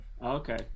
Okay